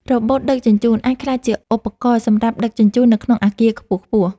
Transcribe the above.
រ៉ូបូតដឹកជញ្ជូន អាចក្លាយជាឧបករណ៍សម្រាប់ដឹកជញ្ជូននៅក្នុងអគារខ្ពស់ៗ។